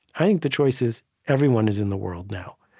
i think the choice is everyone is in the world now.